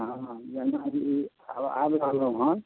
हँ हँ गंगा ब्रीज आब आबि रहलहुँ हन